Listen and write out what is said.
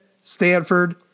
Stanford